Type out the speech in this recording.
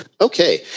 Okay